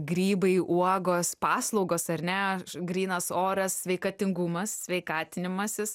grybai uogos paslaugos ar ne grynas oras sveikatingumas sveikatinimasis